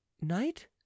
night